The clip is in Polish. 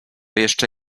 jeszcze